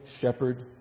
shepherd